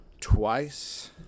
twice